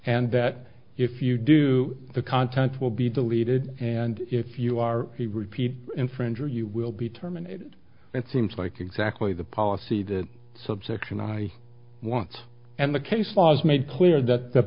that if you do the content will be deleted and if you are a repeat infringer you will be terminated and seems like exactly the policy that subsection i want and the case was made clear that the